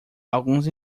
alguns